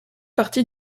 partie